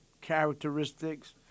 characteristics